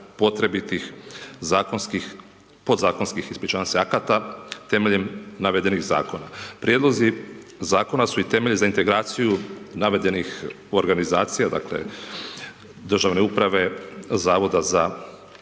potrebitih zakonskih, podzakonskih ispričavam se, akata, temeljem navedenih Zakona. Prijedlozi Zakona su i temelj za integraciju navedenih organizacija, dakle, Državne uprave, Zavoda za